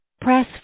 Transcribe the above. Press